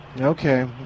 Okay